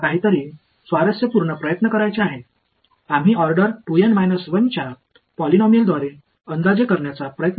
இப்போது சுவாரஸ்யமான ஒன்றை முயற்சிக்க விரும்புகிறோம் 2 N 1 வரிசையின் பல்லுறுப்புக்கோவால் அதை தோராயமாக மதிப்பிட முயற்சிக்கிறோம்